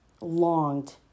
longed